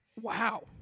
wow